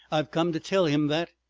i've come to tell him that.